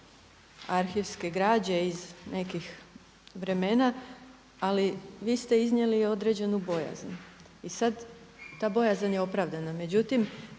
arhivske građe iz nekih vremena. Ali vi ste iznijeli i određenu bojazan. I sad ta bojazan je opravdana.